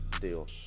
deal